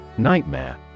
Nightmare